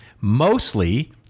mostly